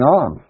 on